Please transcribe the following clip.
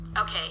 Okay